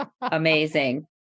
Amazing